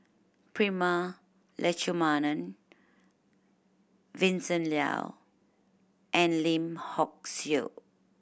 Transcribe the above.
Prema Letchumanan Vincent Leow and Lim Hock Siew